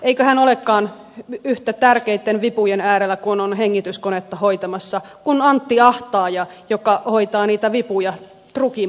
eikö hän olekaan yhtä tärkeitten vipujen äärellä kun on hengityskonetta hoitamassa kuin antti ahtaaja joka hoitaa niitä vipuja trukin puikoissa